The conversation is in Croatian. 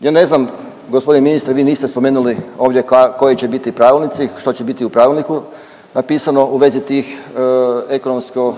Ja ne znam g. ministre vi niste spomenuli ovdje koji će biti pravilnici, što će biti u pravilniku napisano u vezi tih ekonomsko